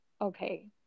okay